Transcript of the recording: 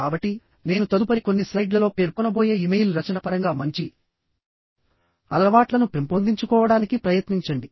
కాబట్టి నేను తదుపరి కొన్ని స్లైడ్లలో పేర్కొనబోయే ఇమెయిల్ రచన పరంగా మంచి అలవాట్లను పెంపొందించుకోవడానికి ప్రయత్నించండి